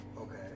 Okay